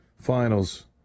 finals